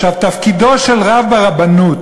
תפקידו של רב ברבנות